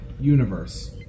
Universe